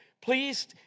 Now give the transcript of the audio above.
Please